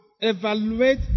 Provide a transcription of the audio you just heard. evaluate